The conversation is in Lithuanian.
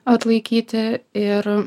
atlaikyti ir